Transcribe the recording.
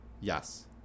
Yes